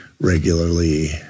regularly